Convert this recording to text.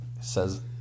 says